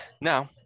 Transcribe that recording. Now